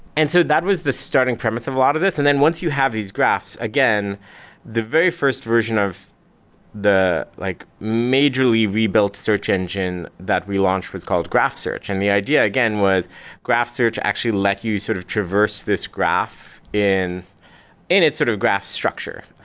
and so that was the starting premise of a lot of this. and then once you have these graphs, again the very first version of the like majorly rebuilt search engine that we launched was called graph search. and the idea again was graph search actually let you sort of traverse this graph in in its sort of graph structure.